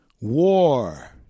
War